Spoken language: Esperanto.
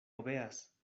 obeas